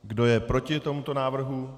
Kdo je proti tomuto návrhu?